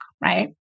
Right